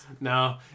No